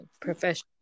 professional